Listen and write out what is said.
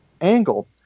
angle